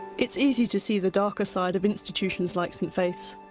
it's easy to see the darker side of institutions like st faith's,